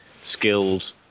Skilled